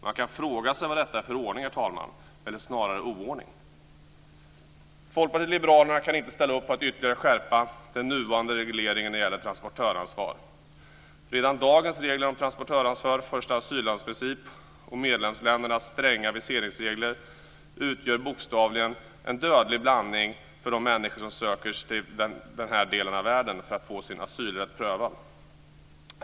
Man kan fråga sig vad detta är för ordning, eller snarare oordning. Folkpartiet liberalerna kan inte ställa upp på att ytterligare skärpa den nuvarande regleringen när det gäller transportöransvar. Redan dagens regler om transportöransvar, första-asyllands-princip och medlemsländernas stränga aviseringsregler utgör bokstavligen en dödlig blandning för de människor som söker sig till den här delen av världen för att få sin asylrätt prövad.